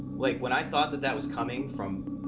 like, when i thought that that was coming from,